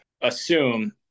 assume